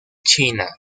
china